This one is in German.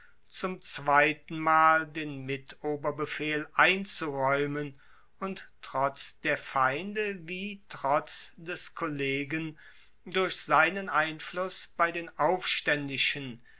zum zweitenmal den mitoberbefehl einzuraeumen und trotz der feinde wie trotz des kollegen durch seinen einfluss bei den aufstaendischen